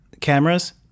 cameras